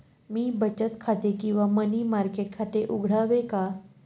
मी बचत खाते किंवा मनी मार्केट खाते उघडावे का?